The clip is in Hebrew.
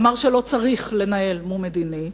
אמר שלא צריך לנהל משא-ומתן מדיני,